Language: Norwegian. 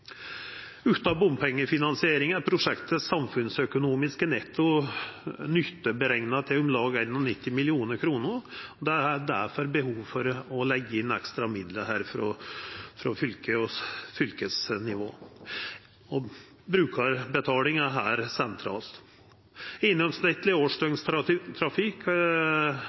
er netto samfunnsøkonomisk nytte for prosjektet berekna til om lag 91 mill. kr. Det er difor behov for å leggja inn ekstra midlar her frå fylket. Brukarbetaling er sentralt her.